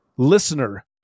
listener